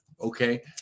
okay